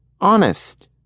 Honest